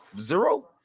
zero